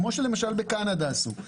כמו למשל בקנדה עשו,